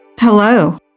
Hello